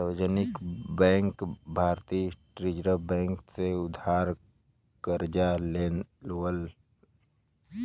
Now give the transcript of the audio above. सार्वजनिक बैंक भारतीय reserve bank से उधार करजा लेवलन